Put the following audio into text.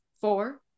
four